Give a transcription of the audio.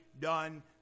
done